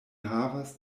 havas